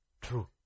True